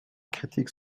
critiques